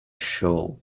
show